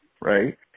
Right